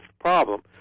problem